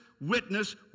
witness